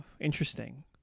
interesting